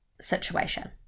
situation